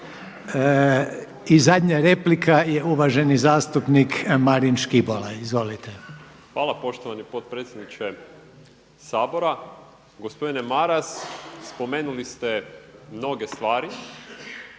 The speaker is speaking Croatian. I zadnja replika je uvaženi zastupnik Marin Škibola. Izvolite. **Škibola, Marin (Nezavisni)** Hvala poštovani potpredsjedniče Sabora. Gospodine Maras, spomenuli ste mnoge stvari,